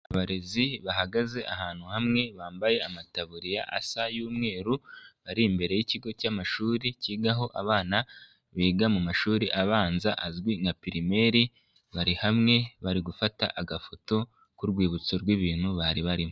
Abarezi bahagaze ahantu hamwe bambaye amataburiya asa y'umweru, ari imbere y'ikigo cy'amashuri, kigaho abana biga mu mashuri abanza azwi nka pirimeri, bari hamwe bari gufata agafoto k'urwibutso rw'ibintu bari barimo.